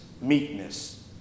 meekness